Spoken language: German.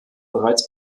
bereits